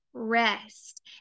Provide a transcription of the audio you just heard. rest